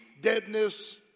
deadness